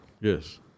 Yes